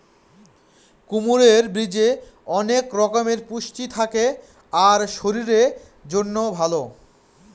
কুমড়োর বীজে অনেক রকমের পুষ্টি থাকে আর শরীরের জন্যও ভালো